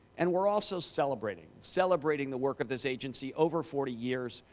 and we're also celebrating, celebrating the work of this agency over forty years.